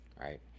right